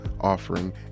offering